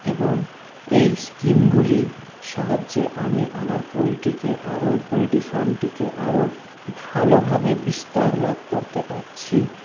এবং এই স্কিমগুলি সাহায্যে আমি আমার পোলট্রিকে আরও পোলট্রি ফার্মটিকে আরও ভালোভাবে বিস্তার লাভ করতে পারছি